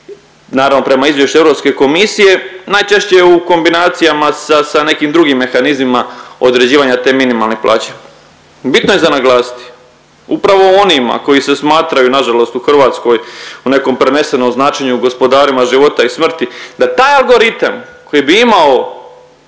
Naravno prema izvješću Europske komisije, najčešće u kombinacijama sa, sa nekim drugim mehanizmima određivanja te minimalne plaće. Bitno je za naglasiti, upravo onima koji se smatraju nažalost u Hrvatskoj u nekom prenesenom značenju gospodarima života i smrti, da taj algoritam koji bi imao